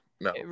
no